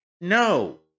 No